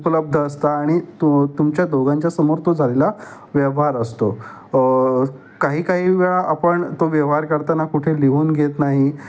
उपलब्ध असता आणि तु तुमच्या दोघांच्यासमोर तो झालेला व्यवहार असतो काही काही वेळा आपण तो व्यवहार करताना कुठे लिहून घेत नाही